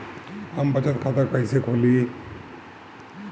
हम बचत खाता कईसे खोली?